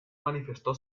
manifestó